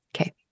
Okay